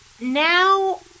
now